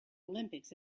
olympics